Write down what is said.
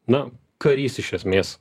na karys iš esmės